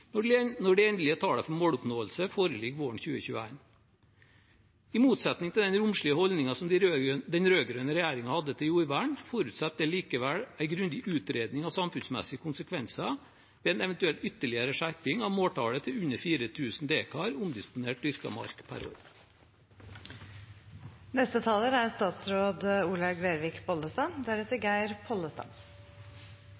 når de endelige tallene for måloppnåelse foreligger våren 2021. I motsetning til den romslige holdningen som den rød-grønne regjeringen hadde til jordvern, forutsetter det likevel en grundig utredning av samfunnsmessige konsekvenser ved en eventuell ytterligere skjerping av måltallet til under 4 000 dekar omdisponert dyrket mark per